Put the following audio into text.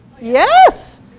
Yes